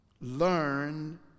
learn